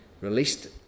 released